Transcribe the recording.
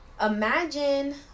Imagine